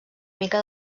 mica